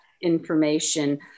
information